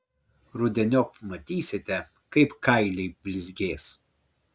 rudeniop matysite kaip kailiai blizgės